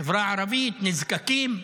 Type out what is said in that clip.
חברה ערבית, נזקקים,